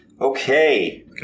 Okay